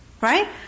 Right